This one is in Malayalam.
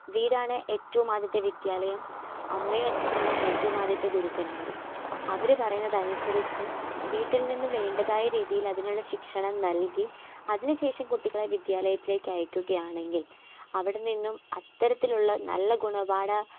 വീടാണ് ഏറ്റവും ആദ്യത്തെ വിദ്യാലയം അമ്മയും അച്ഛനുമാണ് ഏറ്റവും ആദ്യത്തെ ഗുരുക്കന്മാരും അവർ പറയുന്നത് അനുസരിച്ച് വീട്ടിൽ നിന്ന് വേണ്ടതായ രീതിയിൽ അതിനുള്ള ശിക്ഷണം നൽകി അതിനു ശേഷം കുട്ടികളെ വിദ്യാലയത്തിലേക്ക് അയക്കുകയാണെങ്കിൽ അവിടെ നിന്നും അത്തരത്തിലുള്ള നല്ല ഗുണ പാഠം